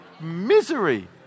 misery